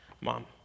Mom